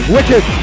Wicked